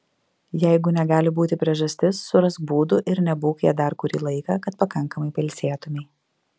jeigu negali būti priežastis surask būdų ir nebūk ja dar kurį laiką kad pakankamai pailsėtumei